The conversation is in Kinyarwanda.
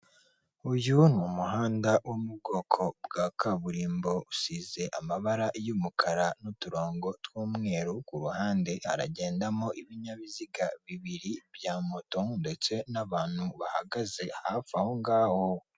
Uyu ni umuhanda wo mu bwoko bwa kaburimbo usize amabara y'umukara n'uturongo tw'umweru, ku ruhande haragendamo ibinyabiziga bibiri bya moto ndetse n'abantu bahagaze hafi aho ngaho.